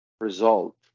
result